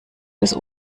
des